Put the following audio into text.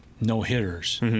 no-hitters